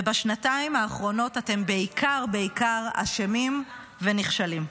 ובשנתיים האחרונות אתם בעיקר בעיקר אשמים ונכשלים.